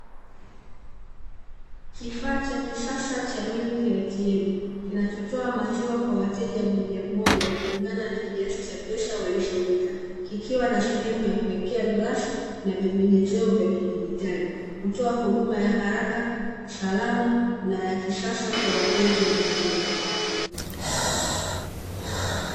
Kifaa cha kisasa cha Milk ATM, kinachotoa maziwa kwa wateja mmoja mmoja kulingana na kiasi cha pesa walizoweka. Kikiwa na sehemu ya kuweka glasi na vibonyezeo vya kidigitali, kutoa huduma ya haraka, salama na ya kisasa kwa wapenzi wa maziwa.